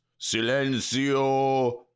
Silencio